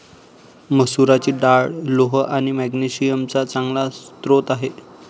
मसुराची डाळ लोह आणि मॅग्नेशिअम चा चांगला स्रोत आहे